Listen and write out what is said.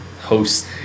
host